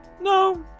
no